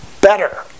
better